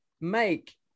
make